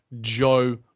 Joe